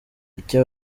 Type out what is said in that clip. icyo